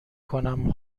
کنم